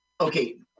Okay